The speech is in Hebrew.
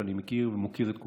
ואני מכיר ומוקיר את כולכם: